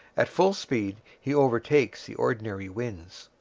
at full speed he overtakes the ordinary winds.